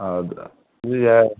ꯑꯥ ꯑꯗꯨ ꯌꯥꯏ